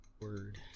Word